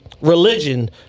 religion